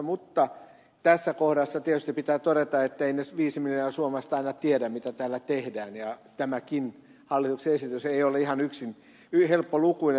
mutta tässä kohdassa tietysti pitää todeta etteivät ne viisi miljoonaa suomalaista aina tiedä mitä täällä tehdään ja tämäkään hallituksen esitys ei ole ihan helppolukuinen